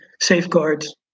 safeguards